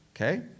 okay